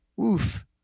Oof